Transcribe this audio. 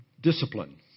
discipline